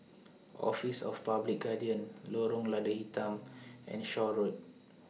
Office of The Public Guardian Lorong Lada Hitam and Shaw Road